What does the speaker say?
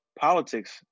politics